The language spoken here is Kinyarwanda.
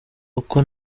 uko